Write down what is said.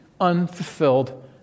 Unfulfilled